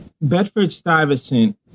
Bedford-Stuyvesant